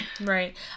right